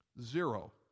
Zero